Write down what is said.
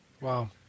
Wow